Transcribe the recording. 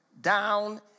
down